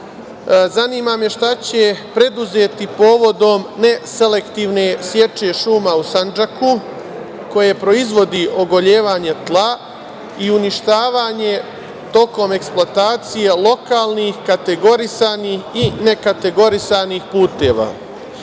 Zanima me šta će preduzeti povodom neselektivne seče šuma u Sandžaku koje proizvodi ogoljevanje tla i uništavanje tokom eksploatacije lokalnih kategorisanih i nekategorisanih puteva? Pre